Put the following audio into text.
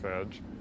edge